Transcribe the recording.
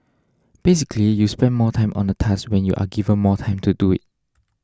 basically you spend more time on a task when you are given more time to do it